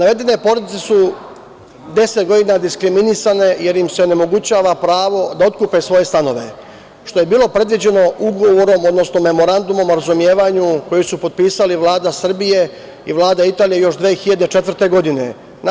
Pojedine porodice su deset godina diskriminisane, jer im se onemogućava pravo da otkupe svoje stanove, što je bilo predviđeno ugovorom, odnosno Memorandumom o razumevanju koji su potpisale Vlada Srbije i Vlada Italije još 2004. godine.